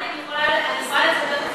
אני אשמח לפתוח לדיון.